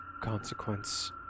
consequence